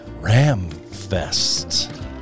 Ramfest